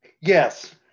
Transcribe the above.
Yes